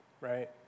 right